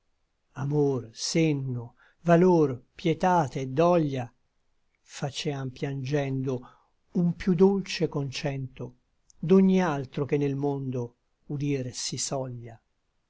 amor senno valor pietate et doglia facean piangendo un piú dolce concento d'ogni altro che nel mondo udir si soglia